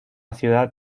ciudad